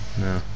No